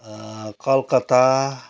Calcutta